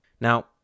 Now